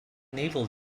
naval